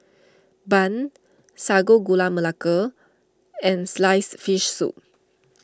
Bun Sago Gula Melaka and Sliced Fish Soup